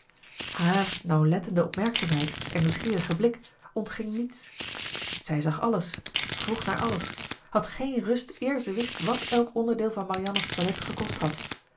haar nauwlettende opmerkzaamheid en nieuwsgierigen blik ontging niets zij zag alles vroeg naar alles had geen rust eer ze wist wat elk onderdeel van marianne's toilet gekost had